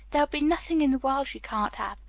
there'll be nothing in the world you can't have!